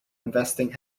investing